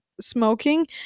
smoking